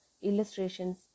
illustrations